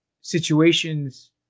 situations